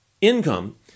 income